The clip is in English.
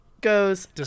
goes